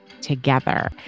together